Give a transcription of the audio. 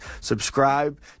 Subscribe